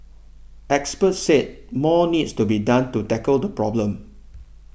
experts said more needs to be done to tackle the problem